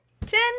ten